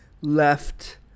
left